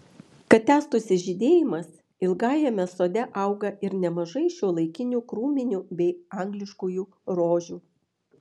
kad tęstųsi žydėjimas ilgajame sode auga ir nemažai šiuolaikinių krūminių bei angliškųjų rožių